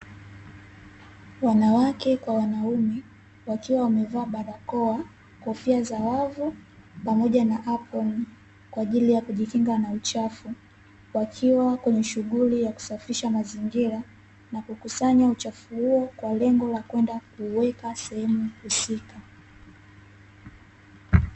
Wanawake kwa wanaume wakiwa wamevaa barakoa, kofia za wavu pamoja na aproni kwa ajili ya kujikinga na uchafu, wakiwa kwenye shughuli ya kusafisha mazingira na kukusanya uchafu huo kwa lengo la kwenda kuuweka sehemu husika.